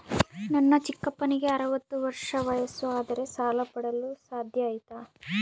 ನನ್ನ ಚಿಕ್ಕಪ್ಪನಿಗೆ ಅರವತ್ತು ವರ್ಷ ವಯಸ್ಸು ಆದರೆ ಸಾಲ ಪಡೆಯಲು ಸಾಧ್ಯ ಐತಾ?